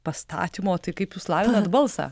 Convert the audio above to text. pastatymo tai kaip jūs lavinat balsą